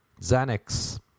Xanax